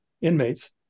inmates